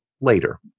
later